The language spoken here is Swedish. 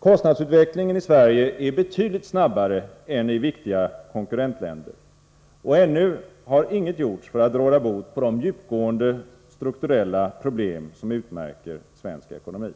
Kostnadsutvecklingen i Sverige är betydligt snabbare än i viktiga konkurrentländer, och ännu har inget gjorts för att råda bot på de djupgående strukturella problem som utmärker svensk ekonomi.